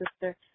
sister